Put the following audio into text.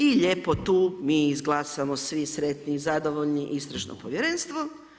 I lijepo tu mi izglasamo svi sretni i zadovoljni Istražno povjerenstvo.